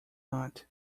not